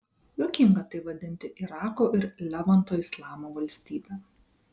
juokinga tai vadinti irako ir levanto islamo valstybe